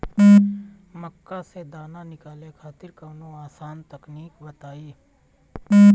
मक्का से दाना निकाले खातिर कवनो आसान तकनीक बताईं?